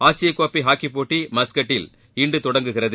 ஆசிய கோப்பை ஹாக்கிப் போட்டி மஸ்கட்டில் இன்று தொடங்குகிறது